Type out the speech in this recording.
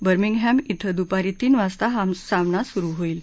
Birmingham क्वें दुपारी तीन वाजता हा सामना सुरु होईल